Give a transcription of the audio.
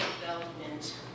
development